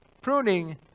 pruning